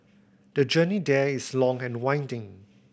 the journey there is long and winding